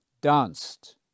danced